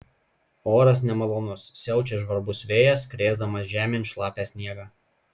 oras nemalonus siaučia žvarbus vėjas krėsdamas žemėn šlapią sniegą